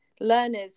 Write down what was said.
learners